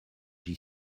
j’y